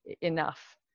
enough